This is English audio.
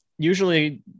Usually